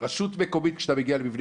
במבני